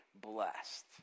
Blessed